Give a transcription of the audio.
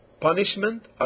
punishment